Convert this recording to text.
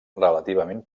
relativament